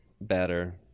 better